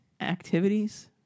activities